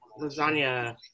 lasagna